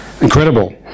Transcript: Incredible